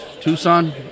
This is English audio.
Tucson